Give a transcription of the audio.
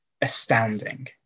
astounding